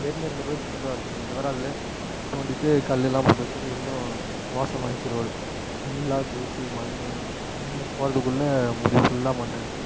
ஏற்கனவே இருந்ததை விட சின்னதாக இருக்கும் அதில் வேறு அதில் தோண்டிகிட்டு கல் எல்லாம் போட்டு வைச்சது இன்னும் மோசமாக ஆகிடுச்சு ரோடு ஃபுல்லாக தூசி மண் அதில் போகிறதுக்குள்ள மூஞ்சி ஃபுல்லாக மண்ணாக ஆகிடுச்சு